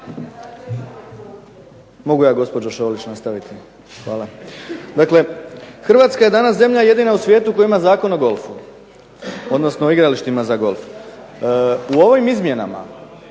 Hrvatska je danas zemlja jedina u svijetu koja ima Zakon o golfu, odnosno igralištima za golf. U ovim izmjenama